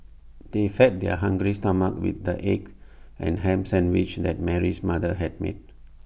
they fed their hungry stomachs with the egg and Ham Sandwiches that Mary's mother had made